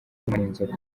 n’inzoka